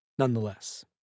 nonetheless